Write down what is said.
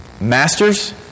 Masters